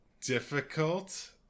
difficult